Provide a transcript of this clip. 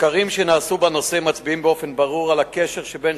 מחקרים שנעשו בנושא מצביעים באופן ברור על קשר בין